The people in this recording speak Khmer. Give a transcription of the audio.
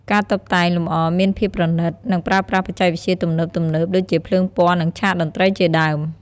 ការតុបតែងលម្អមានភាពប្រណីត និងប្រើប្រាស់បច្ចេកវិទ្យាទំនើបៗ ដូចជាភ្លើងពណ៌ និងឆាកតន្ត្រីជាដើម។